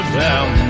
down